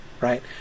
Right